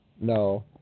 No